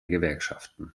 gewerkschaften